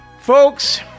Folks